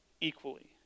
equally